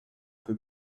peu